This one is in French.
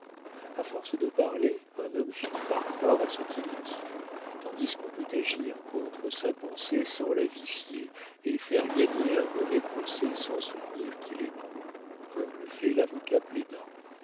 a force de parler un homme finit par croire à ce qu'il dit tandis qu'on peut agir contre sa pensée sans la vicier et faire gagner un mauvais procès sans soutenir qu'il est bon comme le fait l'avocat